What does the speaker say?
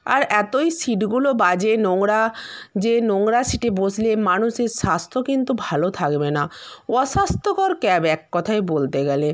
আর এতোই সিটগুলো বাজে নোংরা যে নোংরা সিটে বসলে মানুষের স্বাস্থ্য কিন্তু ভালো থাকবে না অস্বাস্ত্যকর ক্যাব এক কথায় বলতে গেলে